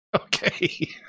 Okay